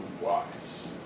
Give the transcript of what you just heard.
wise